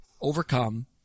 overcome